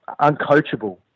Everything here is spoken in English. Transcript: uncoachable